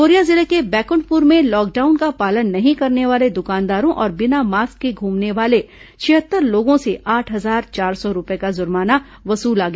Korea जिले के बैकंठपुर में लॉकडाउन का पालन नहीं करने वाले दुकानदारों और बिना मास्क के घूमने वाले छिहत्तर लोगों से आठ हजार चार सौ रूपए का जुर्माना वसूला गया